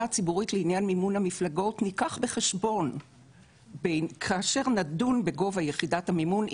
הציבורית לעניין מימון המפלגות ניקח בחשבון כאשר נדון בגובה יחידת המימון,